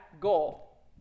goal